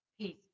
peace